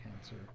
cancer